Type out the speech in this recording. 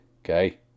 Okay